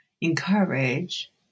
encourage